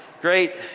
Great